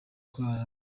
kuraramo